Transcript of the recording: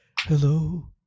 hello